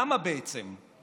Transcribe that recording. למה, בעצם?